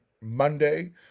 Monday